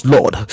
Lord